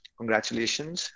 Congratulations